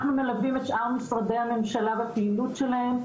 אנחנו מלווים את שאר משרדי הממשלה בפעילות שלהם.